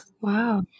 Wow